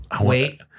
Wait